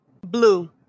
blue